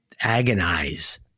agonize